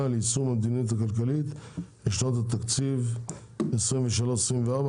ליישום המדיניות הכלכלית לשנות התקציב 2023 ו-2024),